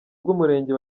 bw’umurenge